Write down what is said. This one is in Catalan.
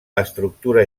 estructura